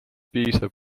piisab